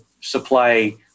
supply